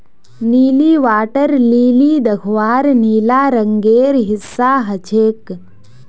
नीली water lily दख्वार नीला रंगेर हिस्सा ह छेक